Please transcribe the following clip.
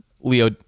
Leo